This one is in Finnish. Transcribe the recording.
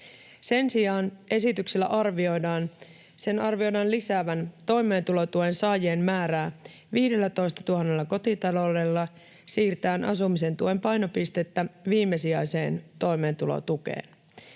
Sen sijaan esityksen arvioidaan lisäävän toimeentulotuen saajien määrää 15 000 kotitaloudella siirtäen asumisen tuen painopistettä viimesijaiseen toimeentulotukeen.